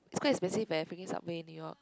it's quite expensive eh freaking subway in New-York